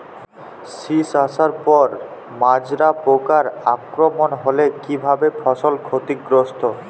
শীষ আসার পর মাজরা পোকার আক্রমণ হলে কী ভাবে ফসল ক্ষতিগ্রস্ত?